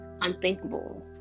unthinkable